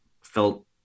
felt